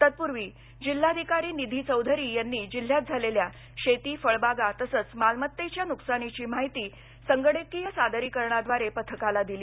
तत्पूर्वी जिल्हाधिकारी निधी चौधरी यांनी जिल्ह्यात झालेल्या शेती फळबागा तसंच मालमत्तेच्या झालेल्या नुकसानाची माहिती संगणकीय सादरीकरणाद्वारे पथकाला दिली